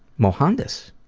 mohandas?